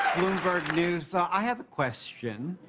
bloomberg news. i have a question.